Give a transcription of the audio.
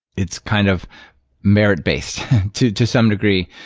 it's kind of merit-based to to some degree.